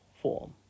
form